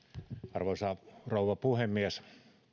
arvoisa rouva puhemies